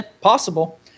possible